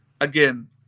again